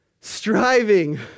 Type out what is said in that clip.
Striving